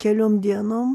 keliom dienom